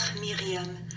Miriam